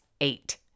eight